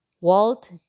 Walt